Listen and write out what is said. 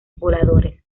voladores